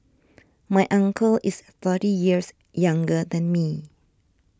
my uncle is thirty years younger than me